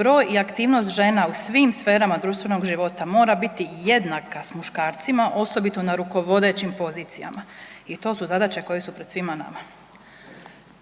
Broj i aktivnost žena u svim sferama društvenog života mora biti jednaka s muškarcima osobito na rukovodećim pozicijama i to su zadaće koje su pred svima nama.